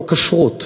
כמו כשרות,